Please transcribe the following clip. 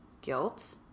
guilt